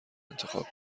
انتخاب